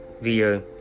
Via